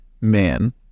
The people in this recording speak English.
man